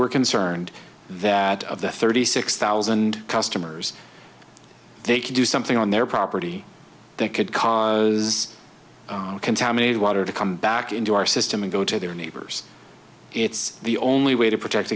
we're concerned that of the thirty six thousand customers they could do something on their property that could cause contaminated water to come back into our system and go to their neighbors it's the only way to protect